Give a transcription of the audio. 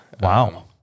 Wow